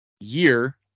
year